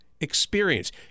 experience